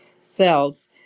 cells